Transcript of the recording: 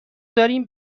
داریم